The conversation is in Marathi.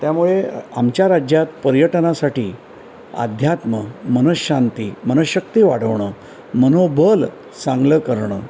त्यामुळे आमच्या राज्यात पर्यटनासाठी अध्यात्म मन शांती मन शक्ती वाढवणं मनोबल चांगलं करणं